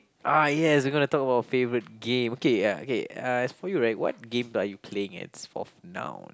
uh yes we gonna talk about our favourite game okay um okay uh as for you right what game are you playing as forth now